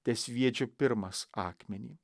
tesviedžia pirmas akmenį